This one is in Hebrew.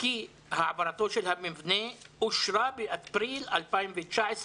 העברתו של המבנה אושרה באפריל 2019,